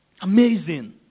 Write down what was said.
Amazing